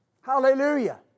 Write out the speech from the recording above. Hallelujah